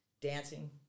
dancing